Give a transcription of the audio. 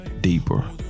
deeper